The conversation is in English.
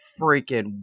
freaking